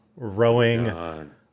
Rowing